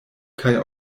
kaj